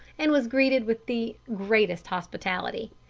and was greeted with the greatest hospitality.